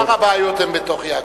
עיקר הבעיות הן בתוך יעקב.